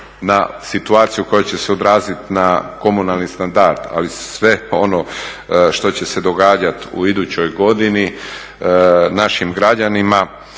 na situaciju koja će se odraziti na komunalni standard, ali sve ono što će se događati u idućoj godini našim građanima